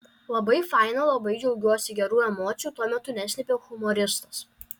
labai faina labai džiaugiuosi gerų emocijų tuo metu neslėpė humoristas